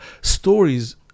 stories